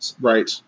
Right